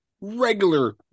regular